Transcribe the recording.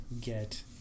get